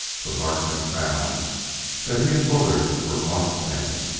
for harkness found that he and bullard were marked men.